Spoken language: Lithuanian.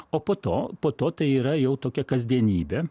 o po to po to tai yra jau tokia kasdienybė